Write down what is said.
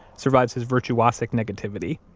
survives his virtuosic negativity.